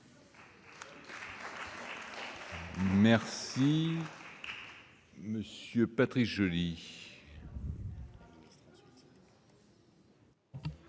Merci,